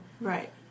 Right